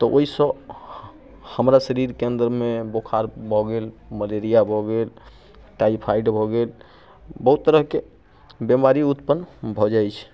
तऽ ओयसँ हमरा शरीर के अंदर मे बोखार भऽ गेल मलेरिया भऽ गेल टाइफाइड भऽ गेल बहुत तरह के बीमारी उत्पन्न भऽ जाय छै